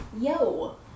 Yo